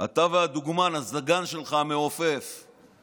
אתה והדוגמן, הסגן המעופף שלך.